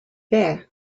there